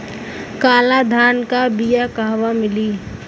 काला धान क बिया कहवा मिली?